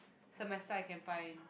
semester I can find